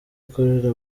akorera